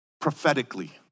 prophetically